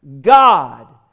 God